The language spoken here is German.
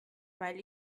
weil